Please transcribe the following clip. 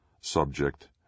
Subject